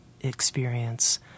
experience